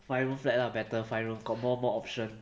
five room flat lah better five room got one more option